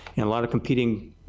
and lot of competing,